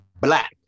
black